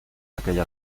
aquella